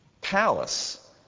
palace